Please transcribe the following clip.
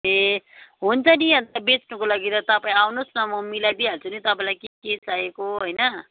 ए हुन्छ नि अन्त बेच्नुको लागि र तपाईँ आउनुहोस् न म मिलाइदिई हाल्छु नि तपाईँलाई के चिज चाहिएको हो होइन